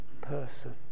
person